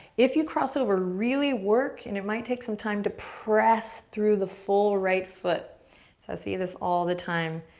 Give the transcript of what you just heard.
if you cross over, really work, and it might take some time to press through the full right foot. so, i see this all the time.